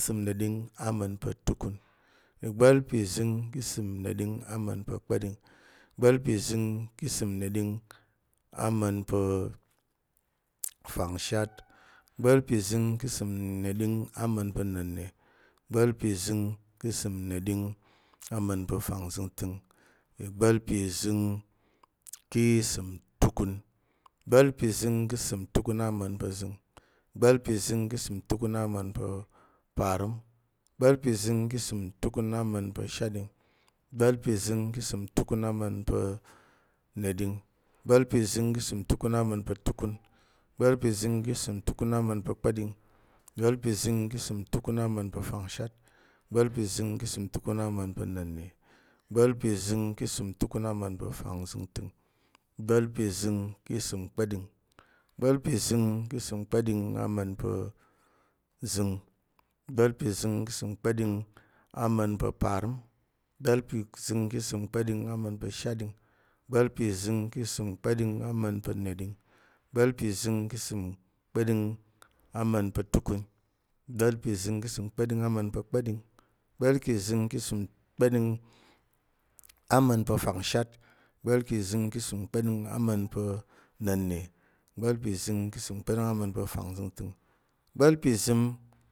Ki isəm neɗing ama̱n pa̱ tukun, igba̱l pi zəng ki isəm neɗing ama̱n pa̱ kpa̱ɗing, igba̱l pi zəng ki isəm neɗing ama̱n pa̱ fangshat, igba̱l pi zəng ki isəm neɗing ama̱n pa̱ na̱nne, igba̱l pi zəng ki isəm neɗing ama̱n pa̱ fangzəngtəng, igba̱l pi zəng ki isəm tukun, igba̱l pi zəng ki isəm tukun ama̱n pa̱ zəng, igba̱l pi zəng ki isəm tukun ama̱n pa̱ parəm, igba̱l pi zəng ki isəm tukun ama̱n pa̱ shatɗing, igba̱l pi zəng ki isəm tukun ama̱n pa̱ neɗing, igba̱l pi zəng ki isəm tukun ama̱n pa̱ tukun, igba̱l pi zəng ki isəm tukun ama̱n pa̱ kpa̱ɗing, igba̱l pi zəng ki isəm tukun ama̱n pa̱ fangshat, igba̱l pi zəng ki isəm tukun ama̱n pa̱ na̱nne, igba̱l pi zəng ki isəm tukun ama̱n pa̱ fangzəngtəng, igba̱l pi zəng ki isəm kpa̱ɗing, igba̱l pi zəng ki isəm kpa̱ɗing ama̱n pa̱ zəng, igba̱l pi zəng ki isəm kpa̱ɗing ama̱n pa̱ parəm, igba̱l pi zəng ki isəm kpa̱ɗing ama̱n pa̱ shatɗing, igba̱l pi zəng ki isəm kpa̱ɗing ama̱n pa̱ neɗing, igba̱l pi zəng ki isəm kpa̱ɗing ama̱n pa̱ tukun, igba̱l pi zəng ki isəm kpa̱ɗing ama̱n pa̱ kpa̱ɗing, igba̱l pi zəng ki isəm kpa̱ɗing ama̱n pa̱ fangshat, igba̱l pi zəng ki isəm kpa̱ɗing ama̱n pa̱ na̱nne, igba̱l pi zəng ki isəm kpa̱ɗing ama̱n pa̱ fangzəngtəng, igba̱l pi zəng